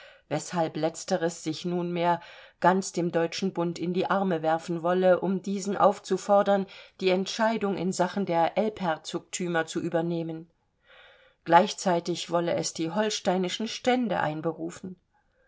weshalb letzteres sich nunmehr ganz dem deutschen bund in die arme werfen wolle um diesen aufzufordern die entscheidung in sachen der elbherzogtümer zu übernehmen gleichzeitig wolle es die holsteinischen stände einberufen